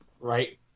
Right